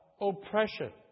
oppression